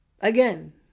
Again